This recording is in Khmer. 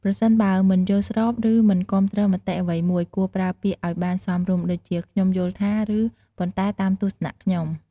ប្រសិនបើមិនយល់ស្របឬមិនគាំទ្រមតិអ្វីមួយគួរប្រើពាក្យឲ្យបានសមរម្យដូចជា "ខ្ញុំយល់ថា" ឬ "ប៉ុន្តែតាមទស្សនៈខ្ញុំ" ។